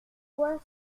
vois